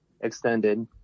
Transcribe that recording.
extended